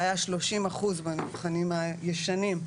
שהיה 30% במבחנים הישנים,